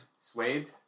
Suede